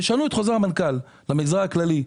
תשנו את חוזר המנכ"ל למגזר הכללי,